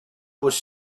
was